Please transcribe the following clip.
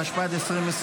התשפ"ד 2024,